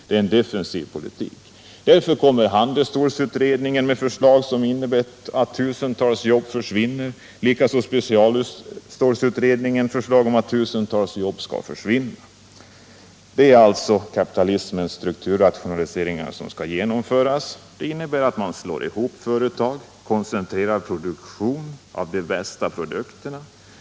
Det är en defensiv politik. Därför kommer handelsstålsutredningen och specialstålsutredningen båda med förslag som innebär att tusentals jobb försvinner. Kapitalismens strukturrationaliseringar innebär att man slår ihop företag och koncentrerar produktionen till de bästa produkterna.